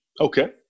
Okay